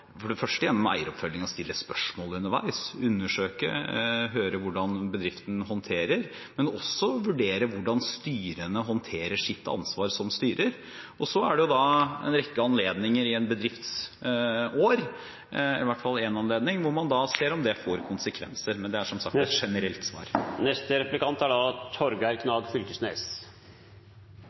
for det første gjennom eieroppfølgingen å stille spørsmål underveis, undersøke, høre hvordan bedriften håndterer ting, men også vurdere hvordan styrene håndterer sitt ansvar som styrer. Og så er det en rekke anledninger i en bedrifts år – i hvert fall én anledning – hvor man ser om det får konsekvenser. Men det er som sagt et generelt svar.